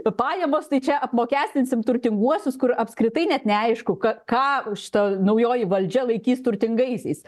pajamos tai čia apmokestinsim turtinguosius kur apskritai net neaišku ka ką šita naujoji valdžia laikys turtingaisiais